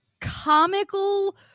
comical